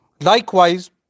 Likewise